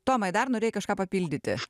tomai dar norėjai kažką papildyti